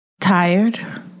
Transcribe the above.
Tired